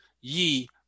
ye